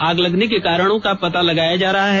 आग लगने के कारणों का पता लगाया जा रहा है